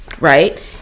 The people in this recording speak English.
Right